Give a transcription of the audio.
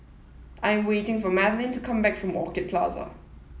I'm waiting for Madelyn to come back from Orchid Plaza